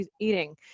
eating